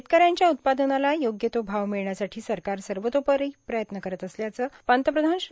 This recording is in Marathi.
शेतकऱ्यांच्या उत्पादनाला योग्य तो भाव मिळण्यासाठी सरकार सर्वोतोपरी प्रयत्न करत असल्याचं पंतप्रधान श्री